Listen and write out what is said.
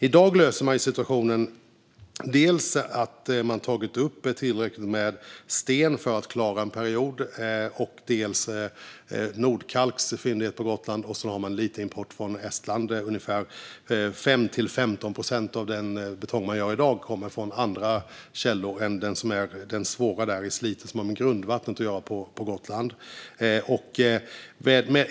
I dag löser man situationen dels genom att ha tagit upp tillräckligt med sten för att klara en period, dels genom Nordkalks fyndighet på Gotland och dels lite import från Estland. 5-15 procent av den betong som tillverkas i dag kommer från andra källor än den svåra i Slite. Där handlar det om grundvattnet på Gotland.